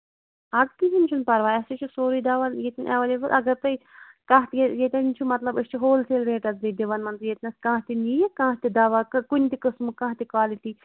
اَدٕ کِہیٖنٛۍ چھُنہٕ پَرواے اَسے چھُ سورُے دواہ ییٚتین ایویلیبٔل اگر تُہۍ کَتھ ییٚتین چھُ مطلب أسۍ چھِ ہول سیل ریٹَس بیٚیہِ دِوان مان ژٕ ییٚتہِ نَس کانٛہہ تہِ نِیہِ کانٛہہ تہِ دواہ کُنہِ تہِ قٕسمُک کانٛہہ تہِ کولٹی